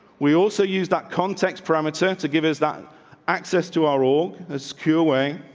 we also use that context parameter to give us that access to our all its cure way.